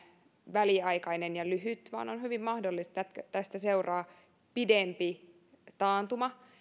väliaikainen ja lyhyt vaan on hyvin mahdollista että tästä seuraa pidempi taantuma